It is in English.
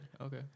okay